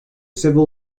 civil